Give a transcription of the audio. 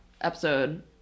episode